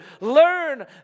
learn